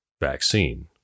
vaccine